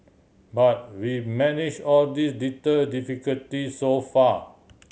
but we manage all these little difficulty so far